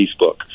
Facebook